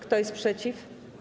Kto jest przeciw?